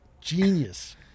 Genius